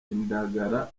indagara